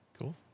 Cool